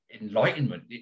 enlightenment